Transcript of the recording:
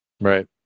Right